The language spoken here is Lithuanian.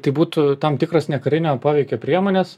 tai būtų tam tikros nekarinio poveikio priemonės